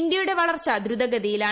ഇന്ത്യയുടെ വളർച്ച ദ്രുതഗതിയിലാണ്